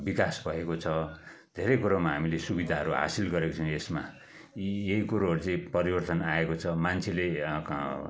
बिकास भएको छ धेरै कुरोमा हामीले सुविदाहरू हासिल गरेको छौँ यसमा यी यही कुरोहरू चाहिँ परिवर्तन आएको छ मान्छेले